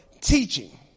teaching